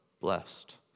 blessed